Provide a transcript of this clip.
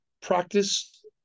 practice